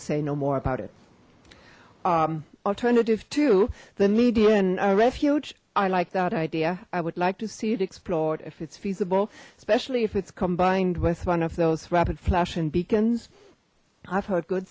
say no more about it alternative to the median a refuge i like that idea i would like to see it explored if it's feasible especially if it's combined with one of those rapid flashing beacons i've heard good